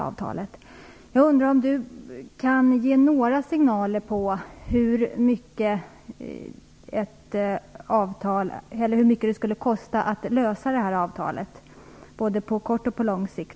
Kan Inez Uusmann ge några signaler om hur mycket det skulle kosta att lösa avtalet, på både kort och lång sikt?